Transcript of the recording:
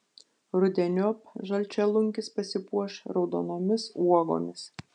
rudeniop žalčialunkis pasipuoš raudonomis uogomis